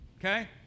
Okay